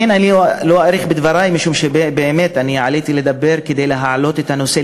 אני לא אאריך בדברי משום שבאמת אני עליתי לדבר כדי להעלות את הנושא,